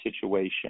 situation